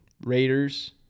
Raiders